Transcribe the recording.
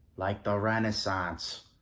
like the renaissance.